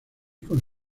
con